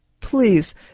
Please